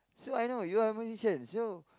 so I know you are musician so